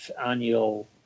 annual